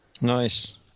Nice